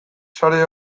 sare